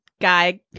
guy